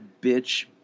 bitch